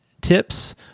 tips